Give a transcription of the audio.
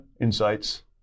insights